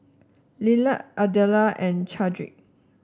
Lillard Adella and Chadrick